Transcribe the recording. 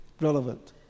relevant